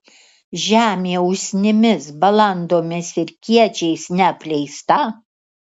žemė usnimis balandomis ir kiečiais neapleista